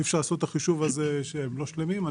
אי אפשר לעשות את החישוב הזה כשהם לא שלמים.